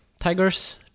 tigers